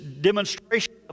demonstration